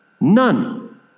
None